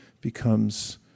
becomes